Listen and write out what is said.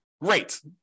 great